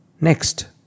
next